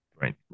right